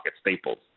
staples